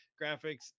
graphics